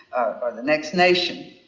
or the next nation,